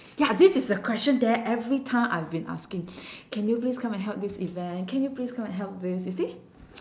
ya this is a question that every time I've been asking can you please come and help this event can you please come and help this you see